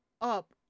up